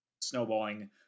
snowballing